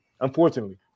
Unfortunately